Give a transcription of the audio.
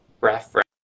reference